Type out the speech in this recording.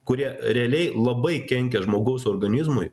kurie realiai labai kenkia žmogaus organizmui